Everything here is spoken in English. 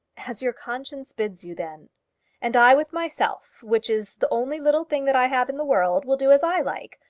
as your conscience bids you, then and i with myself, which is the only little thing that i have in the world, will do as i like,